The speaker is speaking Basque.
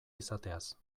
izateaz